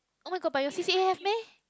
oh-my-god but your C_C_A have meh